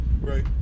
Right